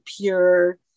pure